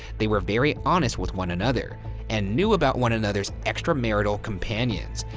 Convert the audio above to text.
they were very honest with one another and knew about one another's extramarital companions.